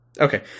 Okay